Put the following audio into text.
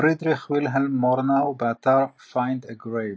פרידריך וילהלם מורנאו, באתר "Find a Grave"